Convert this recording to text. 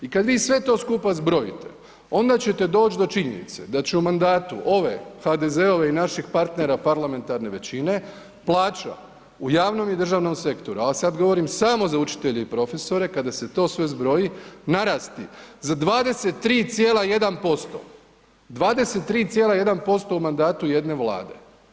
I kad vi sve to skupa zbrojite onda ćete doći do činjenice da će u mandatu ove HDZ-ove i naših partnera parlamentarne većine plaća u javnom i državnom sektoru, ali sad govorim samo za učitelje i profesore, kada se to sve zbroji narasti za 23,1%, 23,1% u mandatu jedne vlade.